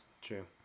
True